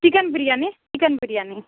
chicken biryani chicken biryani